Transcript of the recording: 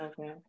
Okay